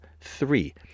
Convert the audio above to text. three